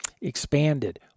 expanded